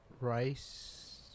rice